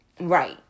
right